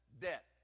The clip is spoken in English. debt